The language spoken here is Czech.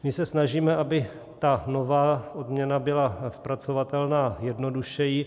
My se snažíme, aby ta nová odměna byla zpracovatelná jednodušeji.